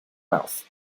mouth